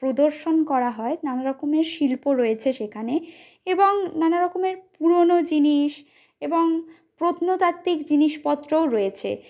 প্রদর্শন করা হয় নানা রকমের শিল্প রয়েছে সেখানে এবং নানা রকমের পুরোনো জিনিস এবং প্রত্নতাত্ত্বিক জিনিসপত্রও রয়েছে